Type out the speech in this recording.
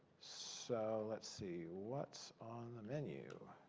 so let's see what's on the menu.